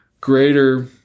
greater